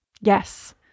Yes